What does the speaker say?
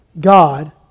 God